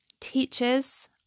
Teachers